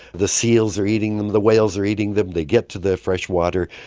the seals are eating them, the whales are eating them, they get to their fresh water,